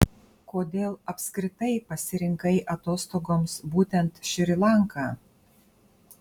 kodėl apskritai pasirinkai atostogoms būtent šri lanką